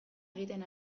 egiten